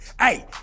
Hey